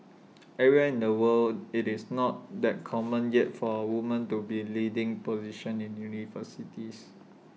everywhere in the world IT is not that common yet for woman to be leading positions in universities